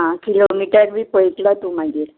आं किलोमिटर बी पळयतलो तूं मागीर